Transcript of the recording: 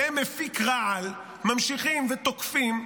פיות מפיקי רעל, ממשיכים ותוקפים,